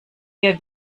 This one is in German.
wir